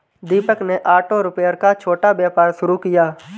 दीपक ने auto repair का छोटा व्यापार शुरू किया